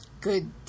good